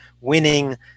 winning